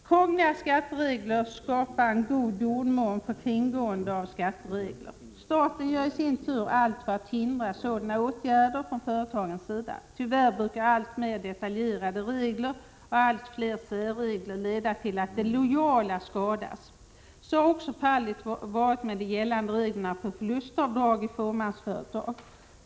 Krångliga skatteregler skapar en god jordmån för kringgående av skatteregler. Staten gör i sin tur allt för att hindra sådana åtgärder från företagens sida. Tyvärr brukar alltmer detaljerade regler och allt fler särregler leda till att de lojala skadas. Så har också fallet varit med de gällande reglerna för förlustavdrag i fåmansföretag.